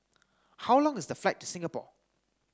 how long is the flight to Singapore